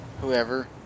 whoever